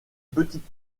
petites